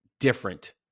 different